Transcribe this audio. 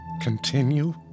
continue